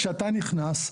כשאתה נכנס,